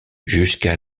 jusqu’à